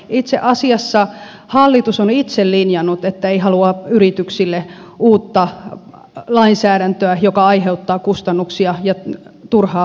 itse asiassa hallitus on itse linjannut että ei halua yrityksille uutta lainsäädäntöä joka aiheuttaa kustannuksia ja turhaa byrokratiaa